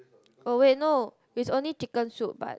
oh wait no it's only chicken soup but